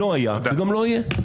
לא היה וגם לא יהיה.